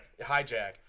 hijack